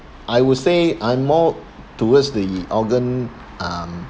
I would say I'm more towards the organ um